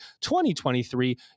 2023